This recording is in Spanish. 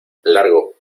largo